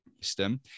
system